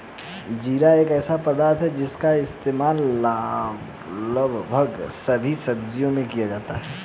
जीरा एक ऐसा पदार्थ है जिसका इस्तेमाल लगभग सभी सब्जियों में किया जाता है